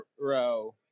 row